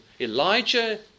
Elijah